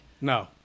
No